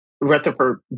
Rutherford